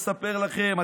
התשפ"א 2021,